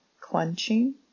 clenching